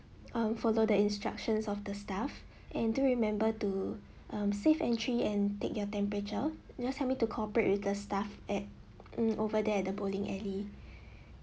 um follow the instructions of the staff and do remember to um safe entry and take your temperature just help me to cooperate with the staff at mm over there at the bowling alley